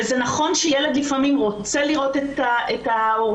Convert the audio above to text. זה נכון שילד לפעמים רוצה לראות את ההורה,